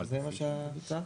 זאת ההצעה?